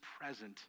present